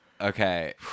Okay